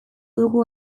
dugu